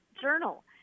journal